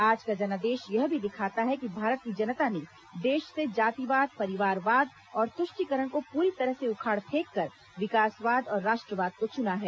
आज का जनादेश यह भी दिखाता है कि भारत की जनता ने देश से जातिवाद परिवारवाद और तुष्टिकरण को पूरी तरह से उखाड़ फेंककर विकासवाद और राष्ट्र वाद को चुना है